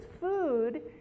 food